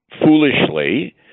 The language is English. foolishly